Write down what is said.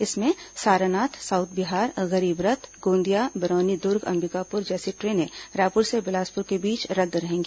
इनमें सारनाथ साउथ बिहार गरीब रथ गोंदिया बरौनी दुर्ग अंबिकापुर जैसी ट्रेनें रायपुर से बिलासपुर के बीच रद्द रहेंगी